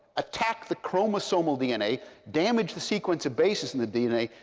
attack the chromosomal dna, damage the sequence of bases in the dna,